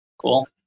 Cool